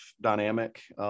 dynamic